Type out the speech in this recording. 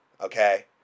Okay